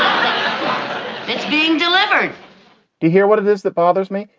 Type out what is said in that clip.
um it's being delivered to hear what it is that bothers me.